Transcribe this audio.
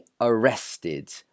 arrested